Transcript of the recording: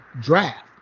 draft